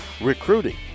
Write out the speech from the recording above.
Recruiting